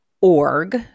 org